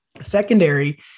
Secondary